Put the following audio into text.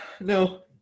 No